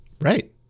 Right